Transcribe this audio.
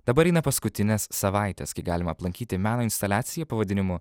dabar eina paskutinės savaitės kai galima aplankyti meno instaliaciją pavadinimu